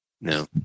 No